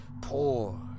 poor